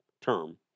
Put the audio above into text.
term